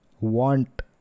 want